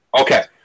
Okay